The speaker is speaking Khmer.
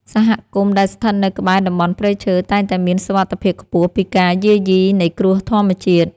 សហគមន៍ដែលស្ថិតនៅក្បែរតំបន់ព្រៃឈើតែងតែមានសុវត្ថិភាពខ្ពស់ពីការយាយីនៃគ្រោះធម្មជាតិ។